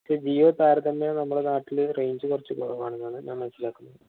പക്ഷേ ജിയോ താരതമ്യേന നമ്മുടെ നാട്ടില് റേഞ്ച് കുറച്ച് കുറവാണെന്നാണ് ഞാന് മനസ്സിലാക്കുന്നത്